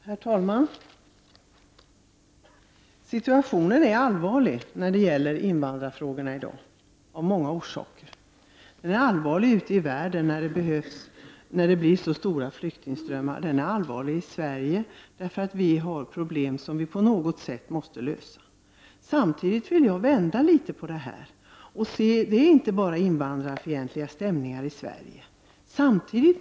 Herr talman! Situationen är i dag av många orsaker allvarlig när det gäller invandrarfrågorna. Den är allvarlig ute i världen när det blivit så stora flyktingströmmar. Den är allvarlig i Sverige, och vi har problem som vi på något sätt måste lösa. Samtidigt vill jag vända litet på det hela. Det förekommer inte bara invandrarfientliga stämningar i Sverige.